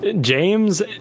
James